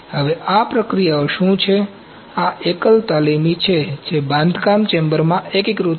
હવે આ પ્રક્રિયાઓ શું છે આ એકલ તાલીમી છે જે બાંધકામ ચેમ્બરમાં એકીકૃત છે